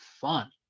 fun